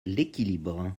l’équilibre